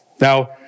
Now